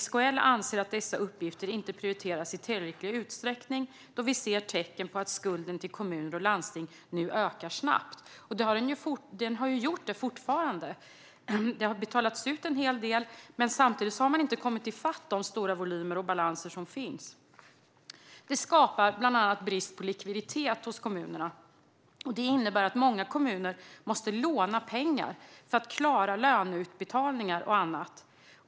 SKL anser att dessa uppgifter inte prioriterats i tillräcklig utsträckning, då vi ser tecken på att skulden till kommuner och landstig nu ökar snabbt." Det gör den fortfarande. Det har betalats ut en hel del. Men samtidigt har man inte kommit i fatt de stora volymer och balanser som finns. Det skapar bland annat brist på likviditet hos kommunerna. Det innebär att många kommuner måste låna pengar för att klara löneutbetalningar och annat.